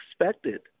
expected